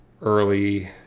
early